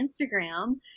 instagram